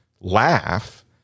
laugh